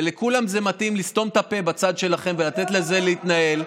ולכולם בצד שלכם מתאים לסתום את הפה ולתת לזה להתנהל,